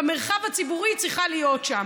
במרחב הציבורי, היא צריכה להיות שם.